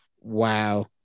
Wow